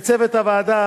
לצוות הוועדה,